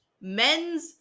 men's